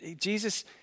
Jesus